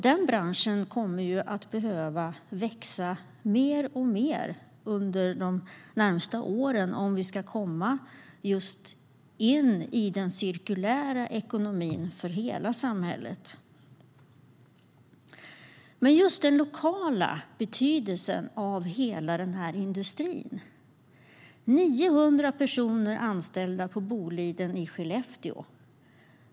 Den branschen kommer att behöva växa mer och mer under de närmaste åren om vi ska komma in i en cirkulär ekonomi för hela samhället. Men också den lokala betydelsen av hela den här industrin är stor. 900 personer är anställda på Boliden i Skellefteå.